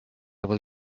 will